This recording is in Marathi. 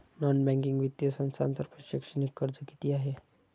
नॉन बँकिंग वित्तीय संस्थांतर्फे शैक्षणिक कर्ज किती आहे?